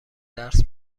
درس